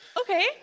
Okay